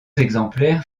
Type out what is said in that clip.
exemplaires